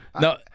No